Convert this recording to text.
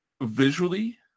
visually